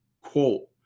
quote